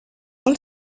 per